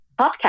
podcast